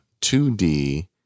2D